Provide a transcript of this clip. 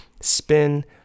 spin